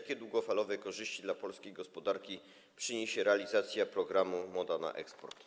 Jakie długofalowe korzyści dla polskiej gospodarki przyniesie realizacja programu „Moda na eksport”